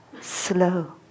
slow